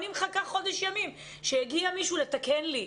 אני מחכה חודש שיגיע מישהו לתקן לי.